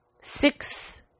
Six